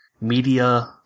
media